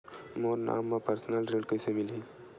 मोर नाम म परसनल ऋण कइसे मिलही?